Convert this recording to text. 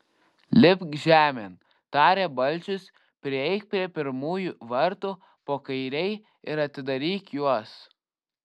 lipk žemėn tarė balčius prieik prie pirmųjų vartų po kairei ir atidaryk juos